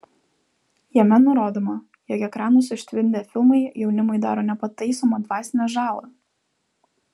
jame nurodoma jog ekranus užtvindę filmai jaunimui daro nepataisomą dvasinę žalą